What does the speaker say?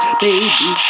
baby